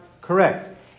correct